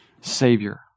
Savior